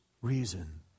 reason